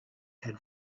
had